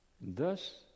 Thus